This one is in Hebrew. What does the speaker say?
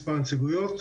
מספר נציגויות,